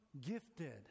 gifted